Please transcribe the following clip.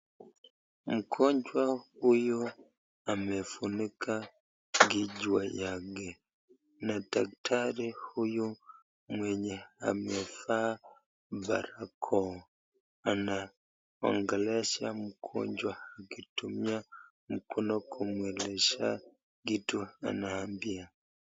Mgonjwa huyu amefunika kichwa yake na daktari huyu mwenye amevaa barakoa anaongelesha mgonjwa akitumia mkono kumwelezea kitu anaambia.